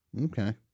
Okay